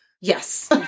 Yes